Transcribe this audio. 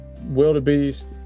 Wildebeest